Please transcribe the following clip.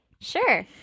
Sure